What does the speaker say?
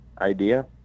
Idea